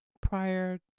prior